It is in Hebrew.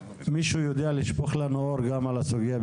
מישהו יודע לשפוך לנו אור גם על הסוגיה הזו?